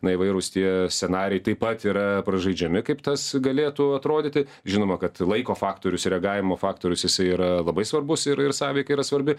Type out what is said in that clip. na įvairūs tie scenarijai taip pat yra pražaidžiami kaip tas galėtų atrodyti žinoma kad laiko faktorius reagavimo faktorius jisai yra labai svarbus ir ir sąveika yra svarbi